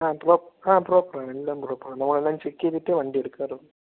ആ പ്രൂ ആ പ്രോപ്പറാണ് എല്ലാം പ്രോപ്പറാണ് നമ്മളെല്ലാം എല്ലാം ചെക്ക് വണ്ടി എടുക്കാറുള്ളു